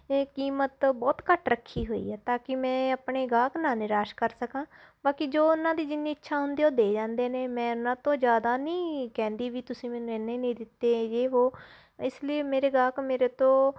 ਏ ਕੀਮਤ ਬਹੁਤ ਘੱਟ ਰੱਖੀ ਹੋਈ ਹੈ ਤਾਂ ਕਿ ਮੈਂ ਆਪਣੇ ਗਾਹਕ ਨਾ ਨਿਰਾਸ਼ ਕਰ ਸਕਾਂ ਬਾਕੀ ਜੋ ਉਹਨਾਂ ਦੀ ਜਿੰਨੀ ਇੱਛਾ ਹੁੰਦੀ ਉਹ ਦੇ ਜਾਂਦੇ ਨੇ ਮੈਂ ਇਹਨਾਂ ਤੋਂ ਜ਼ਿਆਦਾ ਨਹੀਂ ਕਹਿੰਦੀ ਵੀ ਤੁਸੀਂ ਮੈਨੂੰ ਇੰਨੇ ਨਹੀਂ ਦਿੱਤੇ ਯੇਹ ਵੋ ਇਸ ਲਈ ਮੇਰੇ ਗਾਹਕ ਮੇਰੇ ਤੋਂ